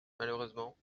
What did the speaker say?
malheureusement